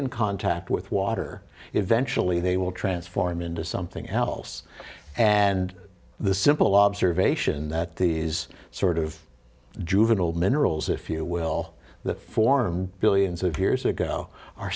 in contact with water eventually they will transform into something else and the simple observation that these sort of juvenile minerals if you will the form billions of years ago are